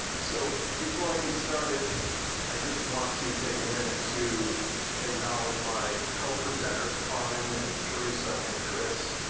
so, before i get started i just want to take a minute to acknowledge my co-presenters carmen and theresa and chris.